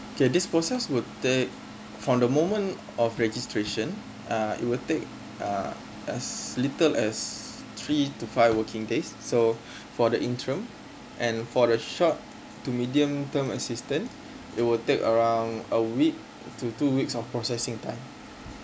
K this process would take from the moment of registration uh it will take uh as little as three to five working days so for the interim and for the short to medium term assistant it will take around a week to two weeks of processing time